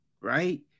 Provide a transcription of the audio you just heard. right